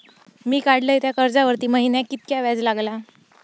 मी काडलय त्या कर्जावरती महिन्याक कीतक्या व्याज लागला?